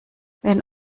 wenn